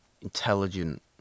intelligent